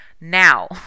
now